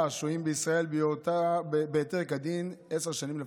השוהים בישראל בהיתר כדין עשר שנים לפחות,